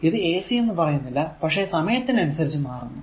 ഇത് ac എന്ന് പറയുന്നില്ല പക്ഷെ സമയത്തിനനുസരിച്ചു മാറുന്നു